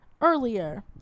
earlier